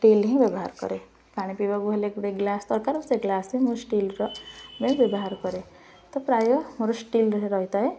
steel ହିଁ ବ୍ୟବହାର କରେ ପାଣି ପିଇବାକୁ ହେଲେ ଗୋଟେ ଗ୍ଲାସ୍ ଦରକାର ସେ ଗ୍ଲାସ୍ ହିଁ ମୁଁ ଷ୍ଟିଲ୍ର ବ୍ୟବହାର କରେ ତ ପ୍ରାୟ ମୋର ଷ୍ଟିଲ୍ରେ ରହିଥାଏ